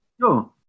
Sure